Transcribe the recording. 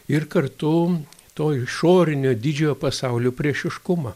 ir kartu to išorinio didžiojo pasaulio priešiškumą